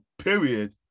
Period